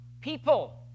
people